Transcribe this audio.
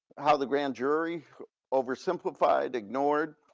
how the grand jury over simplified, ignored